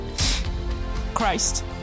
Christ